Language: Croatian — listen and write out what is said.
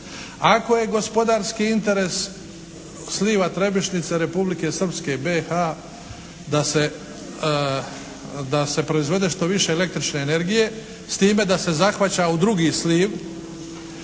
Ako je gospodarski interes sliva Trebišnjice Republike Srpske i BiH-a da se proizvede što više električne energije, s time da se zahvaća u drugi sliv,